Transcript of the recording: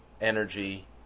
energy